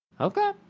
Okay